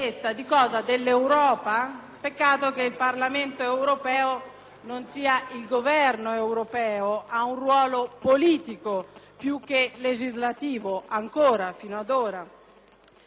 non sia il Governo europeo, ha un ruolo politico più che legislativo, almeno finora. Le regole si cambiano, ma soprattutto si rispettano.